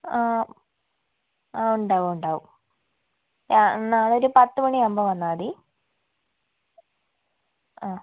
ആ ആ ഉണ്ടാവും ഉണ്ടാവും നാളെയൊരു പത്തുമണിയാകുമ്പോൾ വന്നാൽ മതി ആ